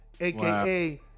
aka